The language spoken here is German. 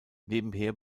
nebenher